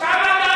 שם השוו את,